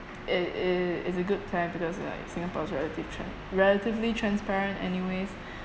it it it's a good plan because like singapore is relative tran~ relatively transparent anyways